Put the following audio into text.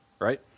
right